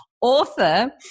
Author